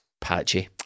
patchy